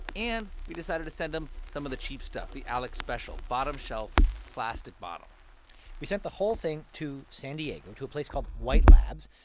and we decided to send them some of the cheap stuff the alex special, bottom shelf, plastic bottle we sent the whole thing to san diego to a place called white labs.